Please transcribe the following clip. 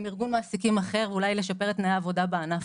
ארגון מעסיקים אחר ואולי לשפר את תנאי העבודה בענף.